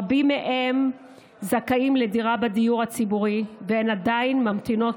רבות מהן זכאיות לדירה בדיור הציבורי והן עדיין ממתינות.